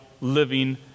living